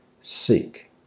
Seek